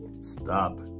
Stop